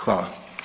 Hvala.